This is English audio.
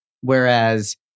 Whereas